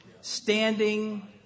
standing